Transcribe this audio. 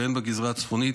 והן בגזרה הצפונית,